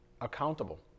accountable